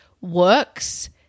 works